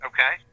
Okay